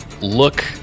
look